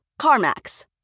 CarMax